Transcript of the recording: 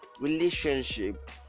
relationship